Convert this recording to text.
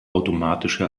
automatische